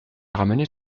ramener